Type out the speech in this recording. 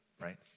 right